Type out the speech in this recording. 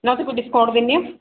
ਤਾ ਤੁਸੀਂ ਡਿਸਕਾਉਂਟ ਦਿੰਦੇ ਹੋ